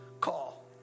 call